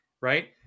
right